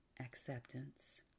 acceptance